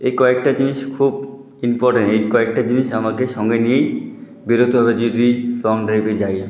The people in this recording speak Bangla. এই কয়েকটা জিনিস খুব ইম্পর্টেন্ট এই কয়েকটা জিনিস আমাকে সঙ্গে নিয়েই বেরোতে হবে যদি লং ড্রাইভে যাই আমি